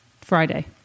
Friday